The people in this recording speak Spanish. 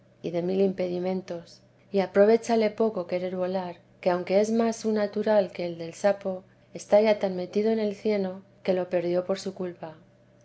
y de mil impedimentos y aprovéchale poco querer volar que aunque es más su natural que el del sapo está ya tan metido en el cieno que lo perdió por su culpa